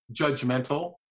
judgmental